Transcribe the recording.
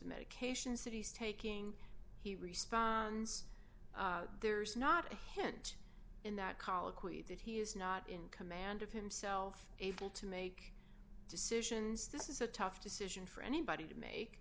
medications that he's taking he responds there's not a hint in that colloquy that he is not in command of himself able to make decisions this is a tough decision for anybody to make